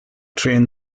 train